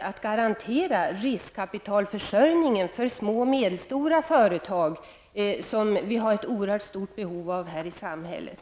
att garantera riskkapitalförsörjningen för små och medelstora företag. Dessa har vi ett oerhört stort behov av i samhället.